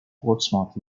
portsmouth